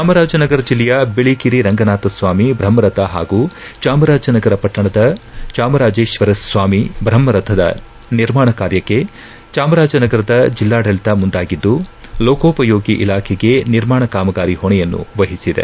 ಚಾಮರಾಜನಗರ ಜಿಲ್ಲೆಯ ಬಿಳಿಗಿರಿರಂಗನಾಥಸ್ವಾಮಿ ಬ್ರಹ್ಮರಥ ಹಾಗೂ ಚಾಮರಾಜನಗರ ಪಟ್ಟಣದ ಚಾಮರಾಜೇಶ್ವರಸ್ವಾಮಿ ಬ್ರಹ್ಮರಥದ ನಿರ್ಮಾಣ ಕಾರ್ಯಕ್ಕೆ ಚಾಮರಾಜನಗರದ ಜಿಲ್ಲಾಡಳಿತ ಮುಂದಾಗಿದ್ದು ಲೋಕೋಪಯೋಗಿ ಇಲಾಖೆಗೆ ನಿರ್ಮಾಣ ಕಾಮಗಾರಿ ಹೊಣೆಯನ್ನು ವಹಿಸಿದೆ